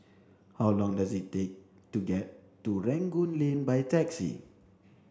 how long does it take to get to Rangoon Lane by taxi